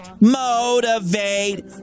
Motivate